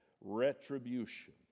retribution